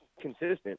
consistent